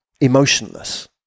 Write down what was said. emotionless